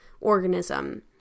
organism